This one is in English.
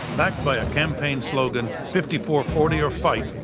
backed by a campaign slogan fifty four forty or fight,